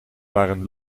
waren